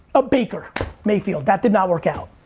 a baker mayfield. that did not work out.